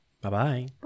Bye-bye